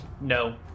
No